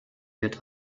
wird